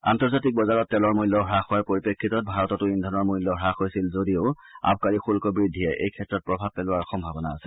আন্তৰ্জাতিক বজাৰত তেলৰ মূল্য হাস হোৱাৰ পৰিপ্ৰেক্ষিতত ভাৰততো ইন্ধনৰ মূল্য হাস হৈছিল যদিও আবকাৰী শুক্ল বৃদ্ধিয়ে এই ক্ষেত্ৰত প্ৰভাৱ পেলোৱাৰ সম্ভাৱনা আছে